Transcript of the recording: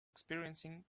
experiencing